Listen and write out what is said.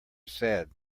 sad